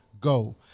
go